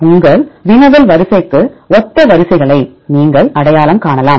உங்கள் வினவல் வரிசைக்கு ஒத்த வரிசைகளை நீங்கள் அடையாளம் காணலாம்